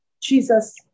Jesus